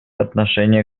отношения